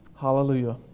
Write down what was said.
Hallelujah